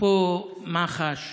אפרופו מח"ש